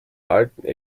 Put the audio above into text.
alten